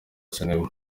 sinema